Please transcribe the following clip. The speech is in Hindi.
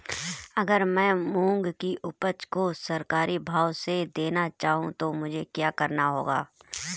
अगर मैं मूंग की उपज को सरकारी भाव से देना चाहूँ तो मुझे क्या करना होगा?